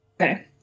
Okay